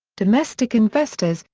domestic investors,